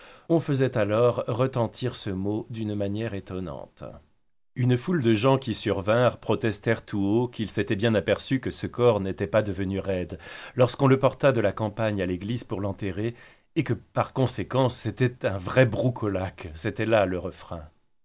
on faisait alors retentir ce mot d'une manière étonnante une foule de gens qui survinrent protestèrent tout haut qu'ils s'étaient bien aperçus que ce corps n'était pas devenu roide lorsqu'on le porta de la campagne à l'église pour l'enterrer et que par conséquent c'était un vrai broucolaque c'était là le refrain